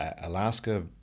Alaska